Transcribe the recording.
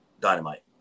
Dynamite